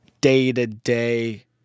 day-to-day